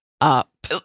up